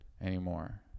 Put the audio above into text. anymore